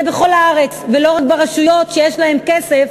בכל הארץ ולא רק ברשויות שיש להן כסף